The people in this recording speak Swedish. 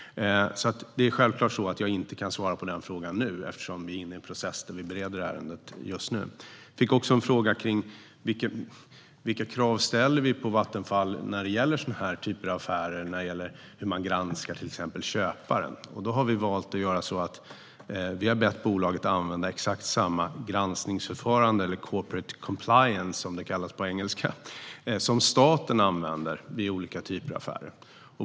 Det är självklart att jag inte kan svara på den frågan nu eftersom vi är inne i en process där vi bereder ärendet just nu. Jag fick också en fråga om vilka krav vi ställer på Vattenfall när det gäller den här typen av affärer, till exempel hur man granskar köparen. Då har vi valt att be bolaget att använda exakt samma granskningsförfarande eller corporate compliance, som det kallas på engelska, som staten använder vid olika typer av affärer.